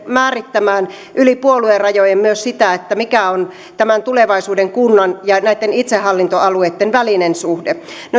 määrittämään yli puoluerajojen myös sitä mikä on tulevaisuuden kunnan ja itsehallintoalueitten välinen suhde